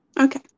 Okay